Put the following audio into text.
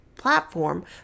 Platform